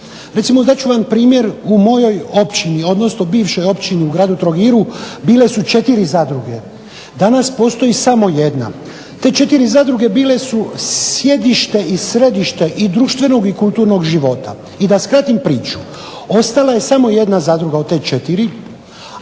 Dat ću vam primjer u mojoj općini odnosno bivšoj općini u gradu Trogiru. Bile su 4 zadruge, danas postoji samo 1. te 4 zadruge bile su središte i sjedište i društvenog i kulturnog života. I da skratim priču, ostala je samo 1 od te 4 zadruge, a ove tri